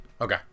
okay